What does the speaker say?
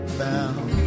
bound